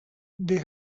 they